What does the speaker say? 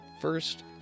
first